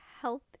health